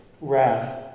Wrath